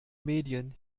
medien